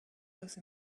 those